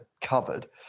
covered